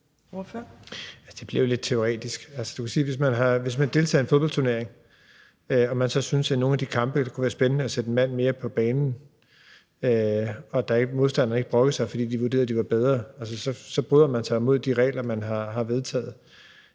teoretisk. Altså, du kan sige, at hvis man deltager i en fodboldturnering og man så synes, at det i af nogle af de kampe kunne være spændende at sende en mand mere på banen, og modstanderne ikke brokker sig, fordi de vurderer, at de er bedre, så forbryder man sig mod de regler, man har vedtaget.